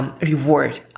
Reward